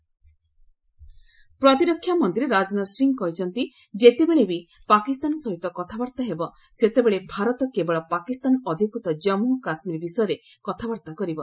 ରାଜନାଥ ଜନ ଆଶୀର୍ବାଦ ଯାତ୍ରା ପ୍ରତିରକ୍ଷା ମନ୍ତ୍ରୀ ରାଜନାଥ ସିଂହ କହିଛନ୍ତି ଯେତେବେଳେ ବି ପାକିସ୍ତାନ ସହିତ କଥାବାର୍ତ୍ତା ହେବ ସେତେବେଳେ ଭାରତ କେବଳ ପାକିସ୍ତାନ ଅଧିକୃତ ଜନ୍ମୁ ଓ କାଶ୍କୀର ବିଷୟରେ କଥାବାର୍ତ୍ତା କରିବ